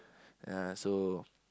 ya so